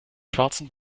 schwarzen